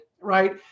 right